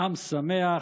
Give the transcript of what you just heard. עם שמח,